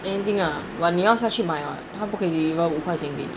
anything ah but 你要下去买 [what] 他不可以五块钱给你